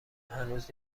هنوز